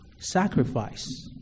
sacrifice